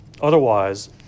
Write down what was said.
Otherwise